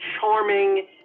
charming